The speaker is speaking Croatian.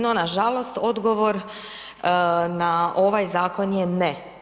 No nažalost odgovor na ovaj zakon je ne.